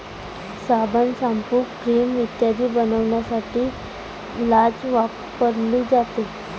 साबण, shampoo, cream इत्यादी बनवण्यासाठी लाच वापरली जाते